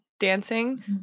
Dancing